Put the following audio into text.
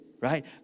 right